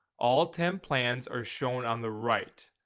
all ten plans are shown on the right.